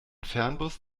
fernbus